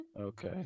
Okay